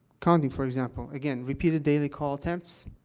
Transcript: calling, for example again, repeated data call attempts.